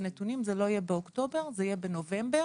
הנתונים לא יהיה באוקטובר אלא בנובמבר.